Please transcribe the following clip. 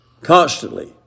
Constantly